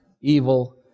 evil